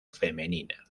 femenina